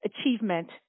achievement